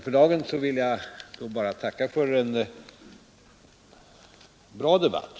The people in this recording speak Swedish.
För dagen vill jag bara tacka för en bra debatt.